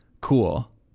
Cool